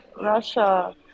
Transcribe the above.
Russia